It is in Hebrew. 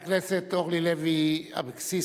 חברת הכנסת אורלי לוי אבקסיס,